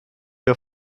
wir